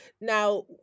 Now